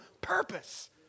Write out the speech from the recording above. purpose